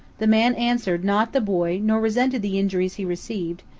the man answered not the boy nor resented the injuries he received,